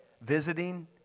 visiting